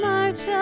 March